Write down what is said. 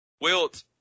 Wilt